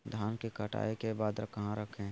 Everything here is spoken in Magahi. धान के कटाई के बाद कहा रखें?